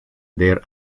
their